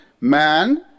man